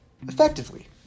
effectively